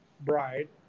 bride